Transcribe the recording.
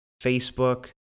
Facebook